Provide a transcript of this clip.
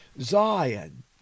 Zion